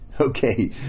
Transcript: Okay